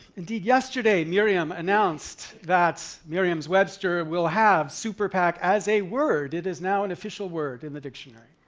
indeed yesterday, merriam announced that merriam-webster will have super pac as a word. it is now an official word in the dictionary.